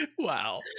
Wow